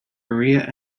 maria